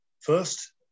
First